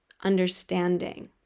understanding